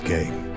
Game